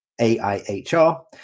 AIHR